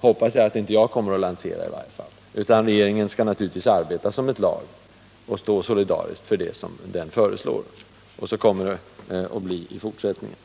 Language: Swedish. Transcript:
kommer jag inte att lansera. Regeringen skall arbeta som ett lag och solidariskt stå för det den föreslår. Så kommer det att bli även i fortsättningen.